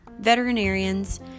veterinarians